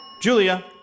Julia